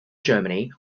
germany